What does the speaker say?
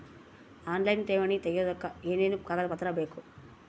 Online ಠೇವಣಿ ತೆಗಿಯೋದಕ್ಕೆ ಏನೇನು ಕಾಗದಪತ್ರ ಬೇಕು?